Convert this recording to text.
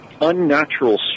unnatural